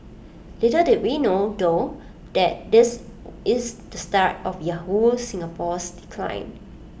little did we know though that this is the start of Yahoo Singapore's decline